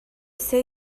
say